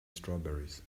strawberries